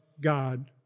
God